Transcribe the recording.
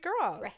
girls